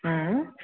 हूँ